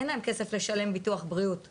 אין להן כסף לשלם ביטוח בריאות פרטי,